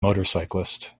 motorcyclist